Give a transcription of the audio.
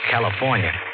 California